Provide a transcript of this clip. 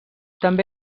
també